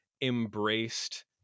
embraced